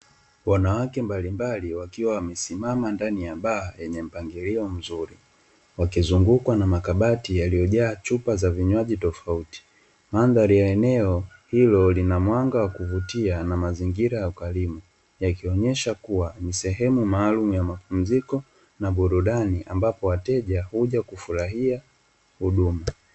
Wanawake mbalimbali wakiwa wamesimama ndani ya baa yenye mpangilio mzuri, wakizungukwa na makabati yaliyojaa chupa za vinywaji tofauti. Mandhari ya eneo hilo linamwanga wa kuvutia, na mazingira ya ukarimu, yakionyesha kuwa ni sehemu maalumu ya mapumziko na burudani, ambapo wateja huja kufurahia huduma.